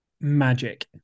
magic